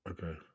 Okay